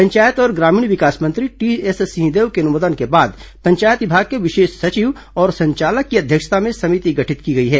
पंचायत और ग्रामीण विकास मंत्री टीएस सिंहदेव के अनुमोदन के बाद पंचायत विभाग के विशेष सचिव और संचालक की अध्यक्षता में समिति गठित की गई है